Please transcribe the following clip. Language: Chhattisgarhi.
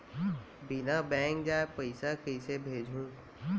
बिना बैंक जाए पइसा कइसे भेजहूँ?